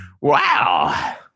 Wow